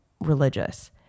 religious